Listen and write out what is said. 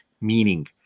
meaning